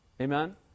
amen